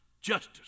justice